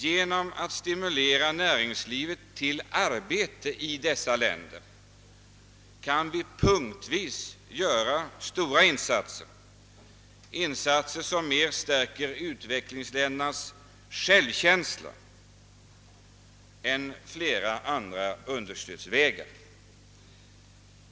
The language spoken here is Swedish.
Genom att stimulera näringslivet till arbete i dessa länder kan vi punktvis göra stora insatser, insatser som mer stärker u-ländernas självkänsla än många andra understödsformer.